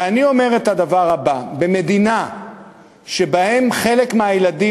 ואני אומר את הדבר הבא: במדינה שבה חלק מהילדים